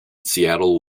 seattle